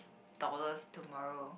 dollars tomorrow